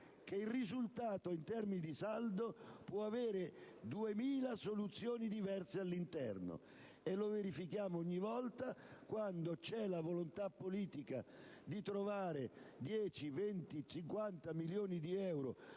che il risultato in termini di saldo può avere al suo interno duemila soluzioni diverse. Lo verifichiamo ogni volta: quando c'è la volontà politica di trovare 10, 20, 50 milioni di euro,